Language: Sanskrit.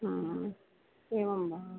एवं वा